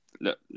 look